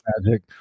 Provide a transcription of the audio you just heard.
magic